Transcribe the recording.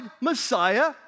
Messiah